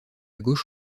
gauche